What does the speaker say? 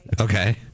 Okay